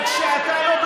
תתבייש לך.